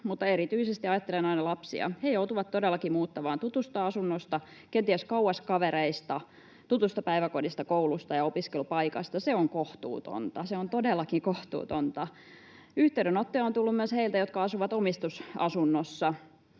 mutta erityisesti ajattelen aina lapsia. He joutuvat todellakin muuttamaan tutusta asunnosta kenties kauas kavereista, tutusta päiväkodista, koulusta ja opiskelupaikasta. Se on kohtuutonta. Se on todellakin kohtuutonta. Yhteydenottoja on tullut myös heiltä, jotka asuvat omistusasunnossa